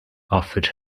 offered